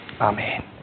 Amen